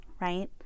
Right